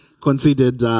conceded